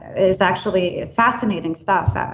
it is actually fascinating stuff. ah